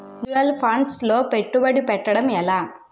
Mutual funds లో పెట్టుబడి పెట్టడం ఎలా?